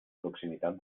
proximitat